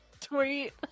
tweet